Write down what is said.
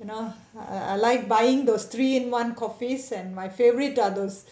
you know I I like buying those three in one coffees and my favourite are those